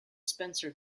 spencer